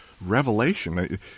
revelation